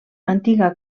antiga